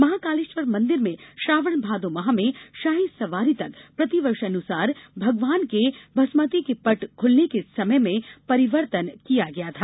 महाकालेश्वर मंदिर में श्रावण भादौ माह में शाही सवारी तक प्रतिवर्षानुसार भगवान के भस्मार्ती में पट खुलने के समय में परिवर्तन किया गया था